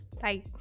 bye